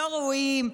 לא ראויים,